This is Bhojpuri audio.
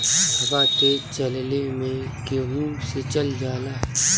हवा तेज चलले मै गेहू सिचल जाला?